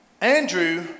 Andrew